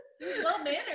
Well-mannered